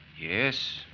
Yes